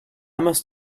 must